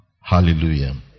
hallelujah